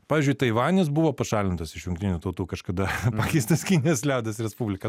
pavyzdžiui taivanis buvo pašalintas iš jungtinių tautų kažkada pakeistas kinijos liaudies respublika